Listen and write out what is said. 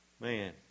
man